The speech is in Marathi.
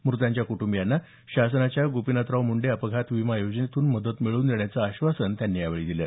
मृतांच्या कुटंबियास शासनाच्या गोपीनाथराव मुंडे अपघात विमा योजनेतून मदत मिळवून देण्याचं आश्वासन त्यांनी यावेळी दिलं